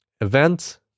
event